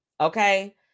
Okay